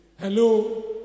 Hello